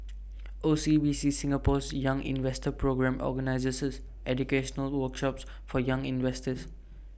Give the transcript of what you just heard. O C B C Singapore's young investor programme organizes educational workshops for young investors